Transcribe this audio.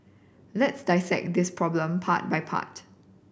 let's dissect this problem part by part